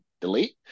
delete